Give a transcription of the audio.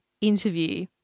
interview